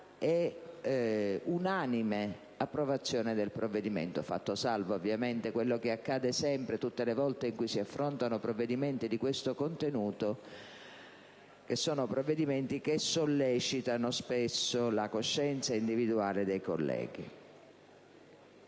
e unanime approvazione del disegno di legge, fatto salvo ovviamente quello che accade sempre tutte le volte che si affrontano provvedimenti di questo contenuto, che sono provvedimenti che sollecitano la coscienza individuale dei colleghi.